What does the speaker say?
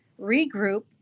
regroup